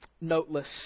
noteless